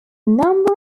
number